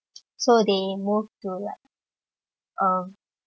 (pop) so they move to like um